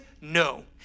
no